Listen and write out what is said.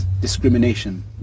discrimination